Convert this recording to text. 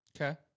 Okay